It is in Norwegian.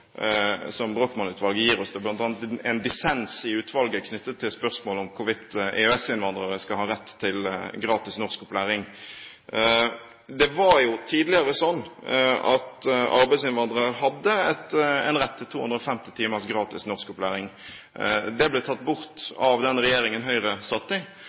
gir oss. Det er bl.a. en dissens i utvalget knyttet til spørsmål om hvorvidt EØS-innvandrere skal ha rett til gratis norskopplæring. Det var jo tidligere slik at arbeidsinnvandrere hadde en rett til 250 timers gratis norskopplæring. Det ble tatt bort av den regjeringen Høyre satt i,